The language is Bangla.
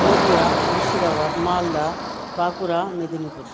নদীয়া মুর্শিদাবাদ মালদা বাঁকুড়া মেদিনীপুর